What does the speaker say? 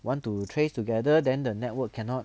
want to trace together then the network cannot